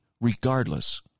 regardless